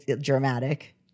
dramatic